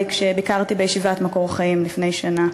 כשביקרתי בישיבת "מקור חיים" לפני שנה,